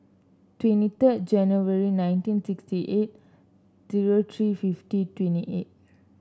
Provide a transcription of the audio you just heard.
twenty third January nineteen sixty eight zero three fifty twenty eight